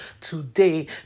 today